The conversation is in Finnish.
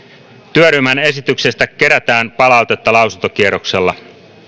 työryhmän esityksestä kerätään palautetta lausuntokierroksella